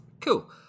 Cool